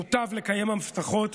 מוטב לקיים הבטחות.